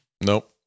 Nope